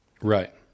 Right